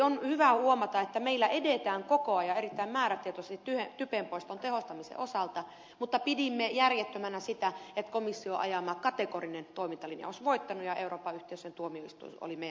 on hyvä huomata että meillä edetään koko ajan erittäin määrätietoisesti typenpoiston tehostamisen osalta mutta pidimme järjettömänä sitä että komission ajama kategorinen toimintalinjaus olisi voittanut ja euroopan yhteisön tuomioistuin oli meidän kanssamme samaa mieltä